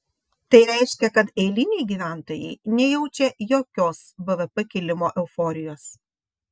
tai reiškia kad eiliniai gyventojai nejaučia jokios bvp kilimo euforijos